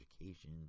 education